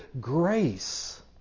grace